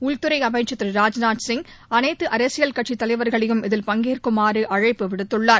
உள்துறை அமைச்ச் திரு ராஜ்நாத் சிங் அனைத்து அரசியல் கட்சித் தலைவா்களையும் இதில் பங்கேற்குமாறு அழைப்பு விடுத்துள்ளார்